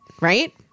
Right